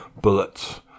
bullets